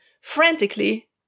Frantically